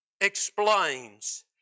explains